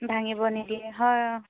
ভাঙিব নিদিয়ে হয় অঁ